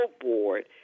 board